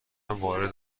وارد